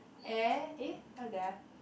air eh what's that ah